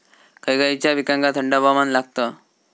खय खयच्या पिकांका थंड हवामान लागतं?